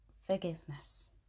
forgiveness